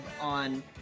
on